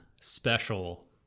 special